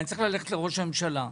אני צריך ללכת לראש הממשלה.